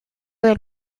del